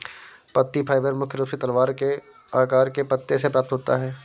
पत्ती फाइबर मुख्य रूप से तलवार के आकार के पत्तों से प्राप्त होता है